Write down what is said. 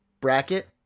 Bracket